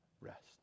rest